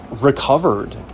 recovered